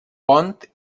pont